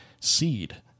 seed